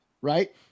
Right